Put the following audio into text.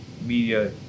media